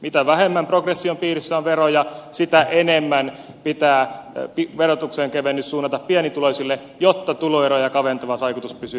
mitä vähemmän progression piirissä on veroja sitä enemmän pitää verotuksen kevennys suunnata pienituloisille jotta tuloeroja kaventava vaikutus pysyy samana